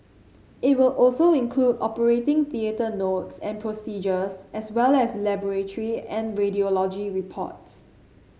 it will also include operating theatre notes and procedures as well as laboratory and radiology reports